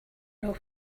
know